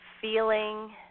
feeling